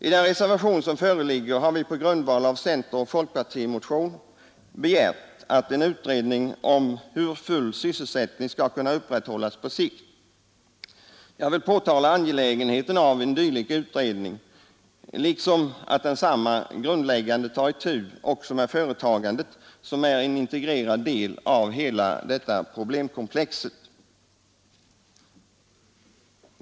I den reservation som föreligger har vi på grundval av en centeroch folkpartimotion begärt en utredning om hur full sysselsättning skall kunna upprätthållas på sikt. Jag vill påtala angelägenheten av en dylik utredning liksom att densamma grundläggande tar itu också med företagandet, som är en integrerad del av hela problemkomplexet.